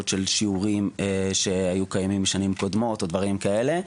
של שיעורים שהיו קיימים בשנים קודמות או דברים כאלה,